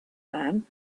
man